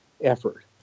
effort